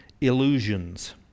illusions